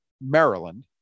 Maryland